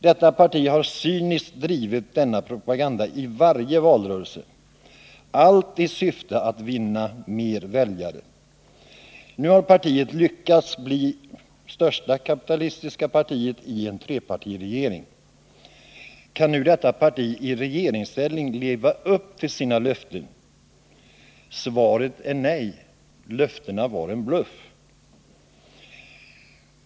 Detta parti har cyniskt drivit denna propaganda i varje valrörelse i syfte att vinna fler väljare. Nu har partiet lyckats bli största kapitalistiska parti i en trepartiregering. Kan nu detta parti i regeringsställning leva upp till sina löften? Svaret är nej. Löftena var en bluff.